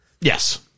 Yes